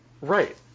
Right